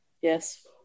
yes